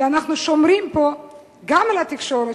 כי אנחנו שומרים גם על התקשורת,